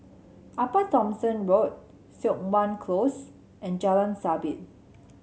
Upper Thomson Road Siok Wan Close and Jalan Sabit